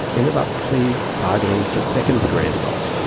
ended up plea-bargaining to second-degree assault,